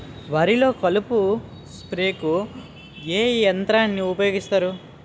వరిలో కలుపు స్ప్రేకు ఏ యంత్రాన్ని ఊపాయోగిస్తారు?